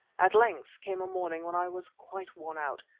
at length came a morning when i was quite worn out.